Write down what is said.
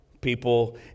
people